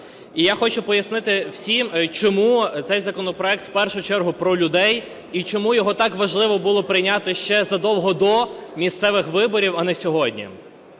І я хочу пояснити всім, чому цей законопроект в першу чергу про людей і чому його так важливо було прийняти ще задовго до місцевих виборів, а не сьогодні.